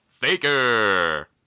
Faker